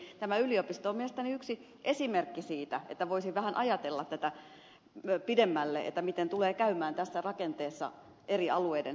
yliopisto on mielestäni yksi esimerkki siitä että voisi vähän ajatella pidemmälle miten tulee käymään tässä rakenteessa eri alueiden yliopistojen